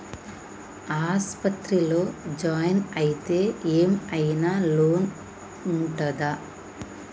ఆస్పత్రి లో జాయిన్ అయితే ఏం ఐనా లోన్ ఉంటదా?